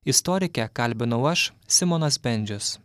istorikę kalbinau aš simonas bendžius